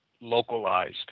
localized